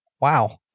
wow